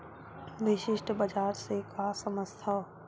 विशिष्ट बजार से का समझथव?